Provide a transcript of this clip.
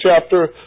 chapter